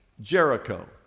jericho